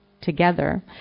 together